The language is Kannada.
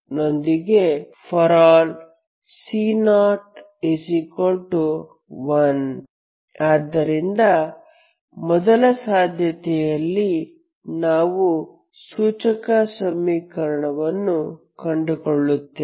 ನೊಂದಿಗೆ ∀ C01 ಆದ್ದರಿಂದ ಮೊದಲ ಸಾಧ್ಯತೆಯಲ್ಲಿ ನಾವು ಸೂಚಕ ಸಮೀಕರಣವನ್ನು ಕಂಡುಕೊಳ್ಳುತ್ತೇವೆ